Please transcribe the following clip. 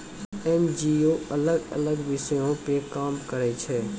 NGO अलग अलग विषयो पे काम करै छै